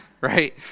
right